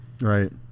Right